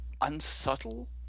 unsubtle